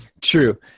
true